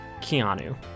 Keanu